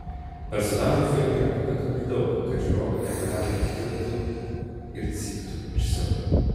personažų filme yra pakankamai daug kad žiūrovai nepaliaujamai tirptų ir cyptų iš siaubo